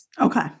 okay